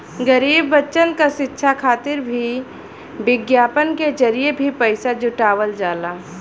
गरीब बच्चन क शिक्षा खातिर भी विज्ञापन के जरिये भी पइसा जुटावल जाला